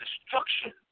destruction